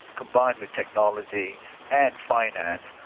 combined with technology and finance,